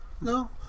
No